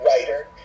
writer